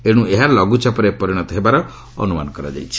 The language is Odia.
ଏଣୁ ଏହା ଲଘୁଚାପରେ ପରିଣତ ହେବାର ଅନୁମାନ କରାଯାଉଛି